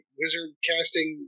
wizard-casting